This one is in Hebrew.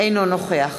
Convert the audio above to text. אינו נוכח